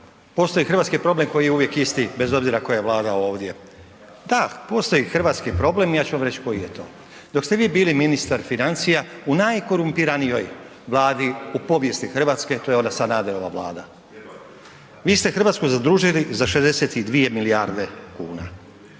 postoji hrvatski problem koji je uvijek isti bez obzira koja je Vlada ovdje. Da, postoji hrvatski problem, ja ću vam reći koji je to. Dok ste vi bili ministar financija u najkorumpiranijoj Vladi u povijesti RH, to je ona Sanaderova Vlada, vi ste RH zadužili za 62 milijarde kuna,